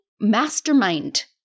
mastermind